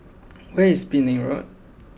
where is Penang Road